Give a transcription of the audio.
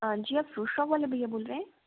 हाँ जी आप फ्रूट शॉप वाले भईया बोल रहे हैं